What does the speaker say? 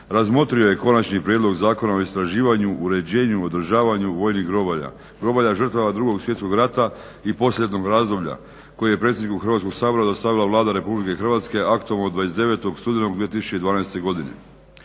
razmotrio je Konačni prijedlog Zakona o istraživanju, uređenju, održavanju vojnih groblja, groblja žrtava 2. svjetskog rata i poslijeratnog razdoblja koje je predsjedniku Hrvatskog sabora dostavila Vlada Republike Hrvatske aktom od 29. studenog 2012. godine.